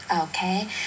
okay